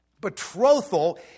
Betrothal